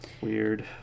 weird